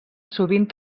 sovint